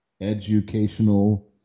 educational